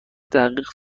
دقیق